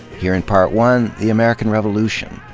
here in part one the american revolution.